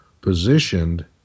positioned